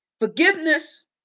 forgiveness